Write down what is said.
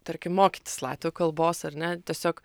tarkim mokytis latvių kalbos ar ne tiesiog